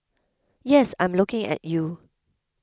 yes I'm looking at you